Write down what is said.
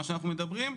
מה שאנחנו מדברים,